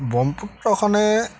ব্ৰক্ষ্মপুত্ৰখনে